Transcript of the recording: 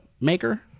maker